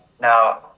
now